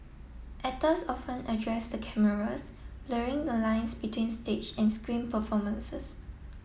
actors often addressed the cameras blurring the lines between stage and screen performances